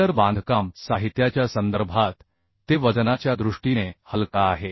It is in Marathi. इतर बांधकाम साहित्याच्या संदर्भात ते वजनाच्या दृष्टीने हलका आहे